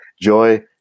joy